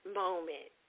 moment